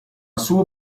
suo